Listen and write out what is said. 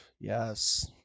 Yes